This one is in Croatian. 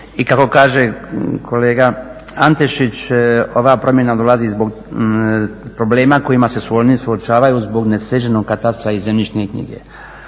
i kako kaže kolega Antešić ova promjena dolazi zbog problema s kojima se oni suočavaju zbog nesređenog katastra i zemljišne knjige.